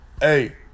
hey